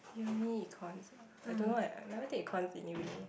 uni Econs ah I don't know eh I never take Econs in uni